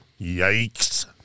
Yikes